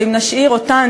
ואם נשאיר אותן,